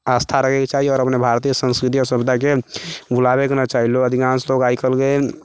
आस्था रखयके चाही आओर अपन भारतीय संस्कृति आओर सभ्यताके भुलाबयके नहि चाही लोक अधिकांश लोक आइ काल्हिके